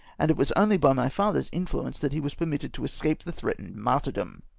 and it was only by my father's influence that he was permitted to escape the threatened martjrrdom.